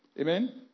Amen